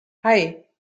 hei